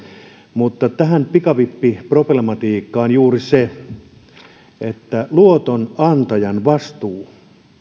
mutta tähän pikavippiproblematiikkaan juuri siitä luotonantajan vastuusta